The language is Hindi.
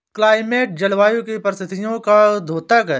क्लाइमेट जलवायु की परिस्थितियों का द्योतक है